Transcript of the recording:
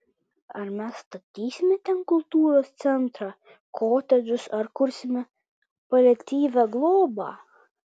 ar mes statysime ten kultūros centrą kotedžus ar kursime paliatyvią globą